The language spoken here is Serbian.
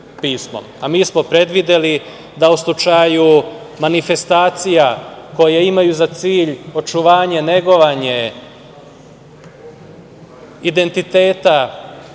Mi smo predvideli da u slučaju manifestacija koje imaju za cilj očuvanje, negovanje identiteta